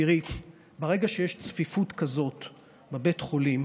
תראי, ברגע שיש צפיפות כזאת בבית חולים